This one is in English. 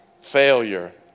Failure